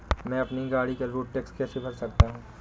मैं अपनी गाड़ी का रोड टैक्स कैसे भर सकता हूँ?